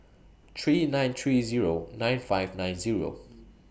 three nine three Zero nine five nine Zero